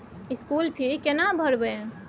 School fee केना भरबै?